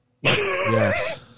Yes